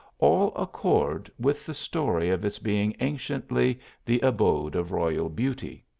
all accord with the story of its being anciently the abode of royal beauty.